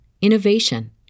innovation